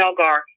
Melgar